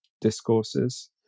discourses